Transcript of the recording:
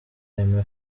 aime